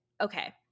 Okay